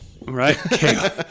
Right